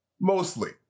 mostly